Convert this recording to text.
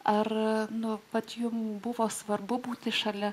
ar nu vat jums buvo svarbu būti šalia